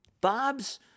Bob's